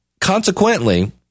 consequently